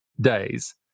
days